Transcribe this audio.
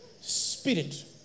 spirit